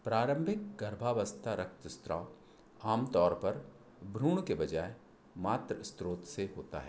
प्रारंभिक गर्भावस्था रक्तस्राव आमतौर पर भ्रूण के बजाय मातृ स्रोत से होता है